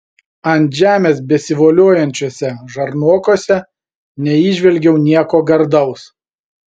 ant žemės besivoliojančiuose žarnokuose neįžvelgiau nieko gardaus